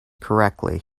correctly